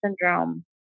syndrome